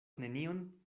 nenion